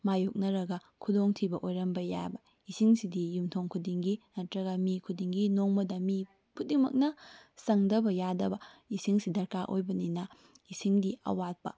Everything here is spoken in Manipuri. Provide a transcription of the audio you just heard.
ꯃꯥꯏꯌꯣꯛꯅꯔꯒ ꯈꯨꯗꯣꯡꯊꯤꯕ ꯑꯣꯏꯔꯝꯕ ꯌꯥꯏꯑꯕ ꯏꯁꯤꯡꯁꯤꯗꯤ ꯌꯨꯝꯊꯣꯡ ꯈꯨꯗꯤꯡꯒꯤ ꯅꯠꯇ꯭ꯔꯒ ꯃꯤ ꯈꯨꯗꯤꯡꯒꯤ ꯅꯣꯡꯃꯗ ꯃꯤ ꯈꯨꯗꯤꯡꯃꯛꯅ ꯆꯪꯗꯕ ꯌꯥꯗꯕ ꯏꯁꯤꯡꯁꯤ ꯗꯔꯀꯥꯔ ꯑꯣꯏꯕꯅꯤꯅ ꯏꯁꯤꯡꯒꯤ ꯑꯋꯥꯠꯄ